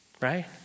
Right